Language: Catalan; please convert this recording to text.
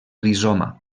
rizoma